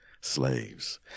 slaves